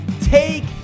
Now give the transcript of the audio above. Take